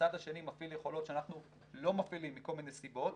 הצד השני מפעיל יכולות שאנחנו לא מפעילים מכל מיני סיבות,